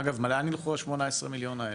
אגב, לאן ילכו 18 מיליון האלה?